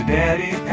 daddy